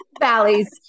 valleys